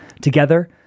Together